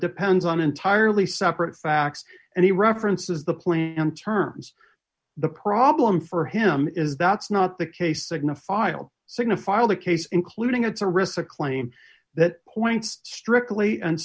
depends on entirely separate facts and he references the point and terms the problem for him is that's not the case signify don't signify all the case including a terrific claim that points strictly and